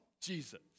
Jesus